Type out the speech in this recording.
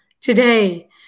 today